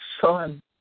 son